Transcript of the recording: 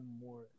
more